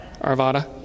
Arvada